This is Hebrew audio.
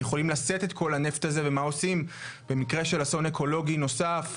יכולים לשאת את כל הנפט הזה ומה עושים במקרה של אסון אקולוגי נוסף,